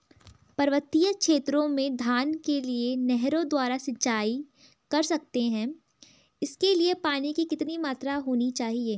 पर्वतीय क्षेत्रों में धान के लिए नहरों द्वारा सिंचाई कर सकते हैं इसके लिए पानी की कितनी मात्रा होनी चाहिए?